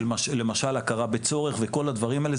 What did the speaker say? למשל של הכרה בצורך וכל הדברים האלה.